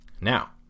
Now